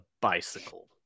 bicycle